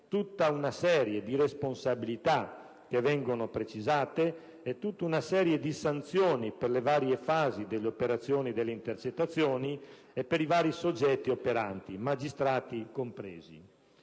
tutta una serie di responsabilità che vengono precisate e tutta una serie di sanzioni per le varie fasi delle operazioni delle intercettazioni e per i vari soggetti operanti, magistrati compresi.